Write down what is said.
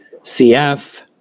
CF